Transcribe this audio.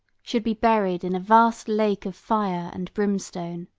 should be buried in a vast lake of fire and brimstone.